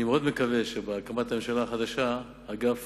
אני מאוד מקווה שבהקמת הממשלה החדשה אגף